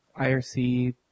IRC